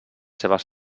seves